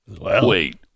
Wait